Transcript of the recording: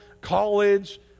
college